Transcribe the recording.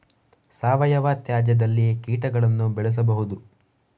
ಸಾವಯವ ತ್ಯಾಜ್ಯದಲ್ಲಿ ಕೀಟಗಳನ್ನು ಬೆಳೆಸಬಹುದು